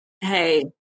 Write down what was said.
Hey